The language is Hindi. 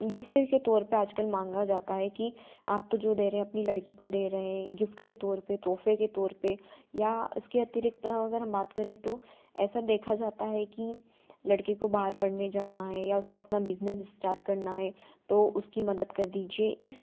गिफ्ट के तौर पे आजकल मांगा जाता है की आप तो जो दे रहे हैं अपनी लड़की को दे रहे हैं गिफ्ट के तौर पे तोहफे के तौर पे या इसके अतिरिक्त अगर हम बता करें तो ऐसा देखा जाता है कि लड़के को बाहर पढ़ने जाना है या उसका अपना बिजनेस इस्टार्ट करना है तो उसकी मदद कर दीजिए इस